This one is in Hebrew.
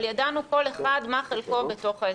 אבל ידענו כל אחד מה חלקו בתוך ההסכם.